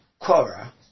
Quora